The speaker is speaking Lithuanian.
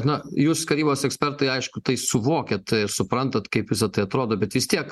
na jūs karybos ekspertai aišku tai suvokiat suprantat kaip visa tai atrodo bet vis tiek